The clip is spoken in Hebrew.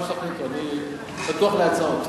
מה שתחליטו, אני פתוח להצעות.